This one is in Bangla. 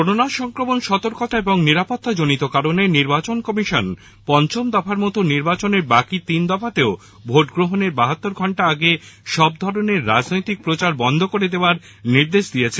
করোনা সংক্রমণ সর্তকতা এবং নিরাপত্তাজনিত কারণে নির্বাচন কমিশন পঞ্চম দফার মত নির্বাচনের বাকি তিন দফাতেও ভোট গ্রহণের বাহাত্তর ঘন্টা আগে সব ধরনের রাজনৈতিক প্রচার বন্ধ করে দেওয়ার নির্দেশ দিয়েছে